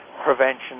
Prevention